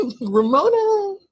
Ramona